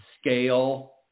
scale